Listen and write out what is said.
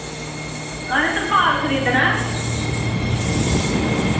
असें तरपाल खरीदना ऐ